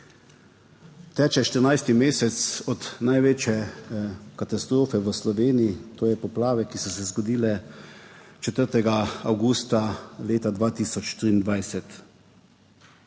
Teče 14. mesec od največje katastrofe v Sloveniji, to je poplave, ki so se zgodile 4. avgusta leta 2023,